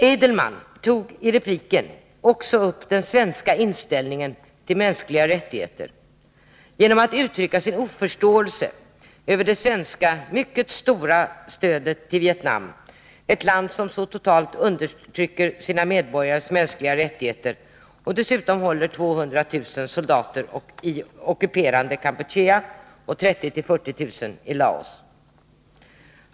Adelman tog i repliken också upp den svenska inställningen till mänskliga rättigheter genom att uttrycka sin oförståelse för det mycket stora svenska stödet till Vietnam, ett land som så totalt undertrycker sina medborgares mänskliga rättigheter och som dessutom håller 200 000 soldater i ockuperade Kampuchea och 30 000-40 000 i Laos.